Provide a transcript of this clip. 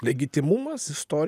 legitimumas istori